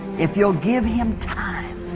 if you'll give him time